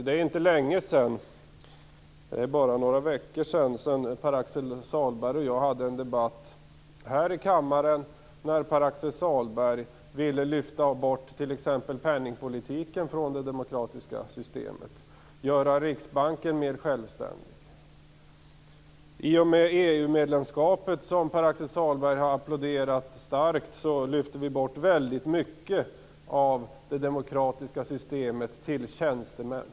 Det är bara några veckor sedan Pär-Axel Sahlberg och jag hade en debatt här i kammaren, då Pär-Axel Sahlberg ville lyfta bort t.ex. penningpolitiken från det demokratiska systemet och göra Riksbanken mer självständig. I och med EU-medlemskapet, som Pär-Axel Sahlberg har applåderat starkt, lyfter vi bort väldigt mycket från det demokratiska systemet till tjänstemän.